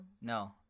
No